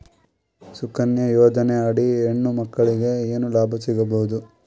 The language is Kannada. ಸುಕನ್ಯಾ ಯೋಜನೆ ಅಡಿ ಹೆಣ್ಣು ಮಕ್ಕಳಿಗೆ ಏನ ಲಾಭ ಸಿಗಬಹುದು?